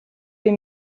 les